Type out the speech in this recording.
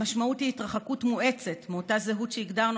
המשמעות היא התרחקות מואצת מאותה זהות שהגדרנו